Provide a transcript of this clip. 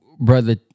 brother